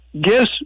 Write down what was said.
Guess